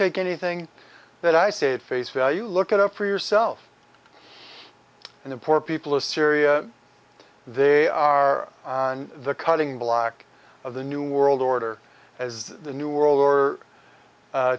take anything that i say at face value look it up for yourself and the poor people of syria they are on the cutting block of the new world order as the new world